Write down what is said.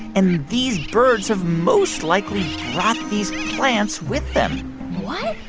and these birds have most likely brought these plants with them what?